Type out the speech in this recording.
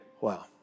Wow